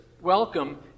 welcome